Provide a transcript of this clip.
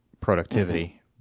productivity